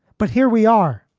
but here we are.